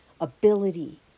ability